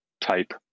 type